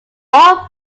all